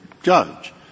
Judge